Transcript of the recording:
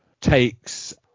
takes